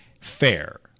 fair